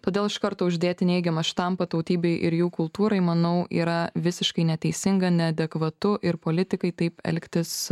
todėl iš karto uždėti neigiamą štampą tautybei ir jų kultūrai manau yra visiškai neteisinga neadekvatu ir politikai taip elgtis